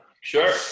Sure